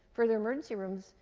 for their emergency rooms,